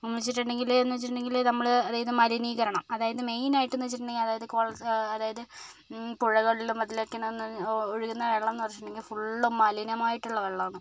എന്ന് വെച്ചിട്ടുണ്ടെങ്കില് എന്ന് വെച്ചിട്ടുണ്ടെങ്കില് നമ്മള് അതായത് മലിനീകരണം അതായത് മെയിൻ ആയിട്ട് എന്ന് വെച്ചിട്ടുണ്ടെങ്കിൽ അതായത് കോള് അതായത് പുഴകളിലും അതിലൊക്കേ നന്നങ്ങു ഒഴുകുന്ന വെള്ളം എന്ന് വെച്ചിട്ടുണ്ടെങ്കിൽ ഫുള്ളും മലിനമായിട്ടുള്ള വെള്ളമാണ്